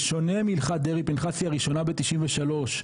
בשונה מהלכת דרעי פנחסי הראשונה ב- 1993,